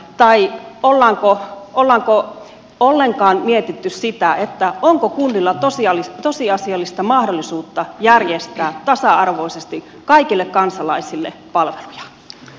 tai ollaanko ollenkaan mietitty sitä onko kunnilla tosiasiallista mahdollisuutta järjestää tasa arvoisesti kaikille kansalaisille palveluja